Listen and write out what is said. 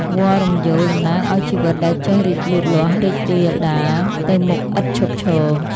វល្លិ៍រំយោលតំណាងឱ្យជីវិតដែលចេះរីកលូតលាស់ រីករាលដាលទៅមុខឥតឈប់ឈរ។